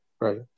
right